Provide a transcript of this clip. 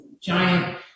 giant